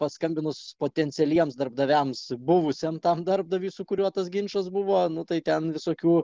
paskambinus potencialiems darbdaviams buvusiam darbdaviui su kuriuo tas ginčas buvo nu tai ten visokių